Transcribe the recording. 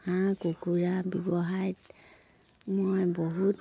হাঁহ কুকুৰা ব্যৱসায়ত মই বহুত